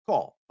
Call